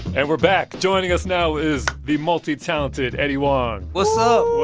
and we're back. joining us now is the multi-talented eddie huang what's so